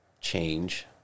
change